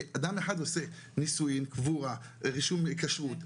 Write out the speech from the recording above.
כי אדם אחד עושה נישואין, קבורה, רישום כשרות.